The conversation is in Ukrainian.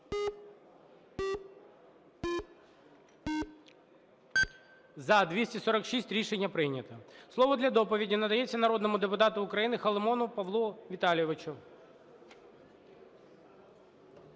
За-246 Рішення прийнято. Слово для доповіді надається народному депутату України Халімону Павлу Віталійовичу.